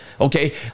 Okay